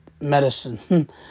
medicine